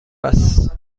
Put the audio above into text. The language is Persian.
است